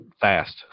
fast